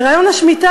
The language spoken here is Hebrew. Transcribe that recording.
לרעיון השמיטה,